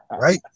right